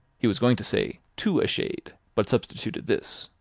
he was going to say to a shade, but substituted this,